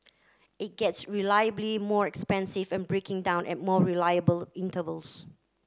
it gets reliably more expensive and breaking down at more reliable intervals